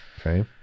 okay